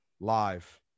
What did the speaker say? Live